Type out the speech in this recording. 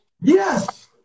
yes